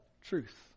truth